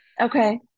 Okay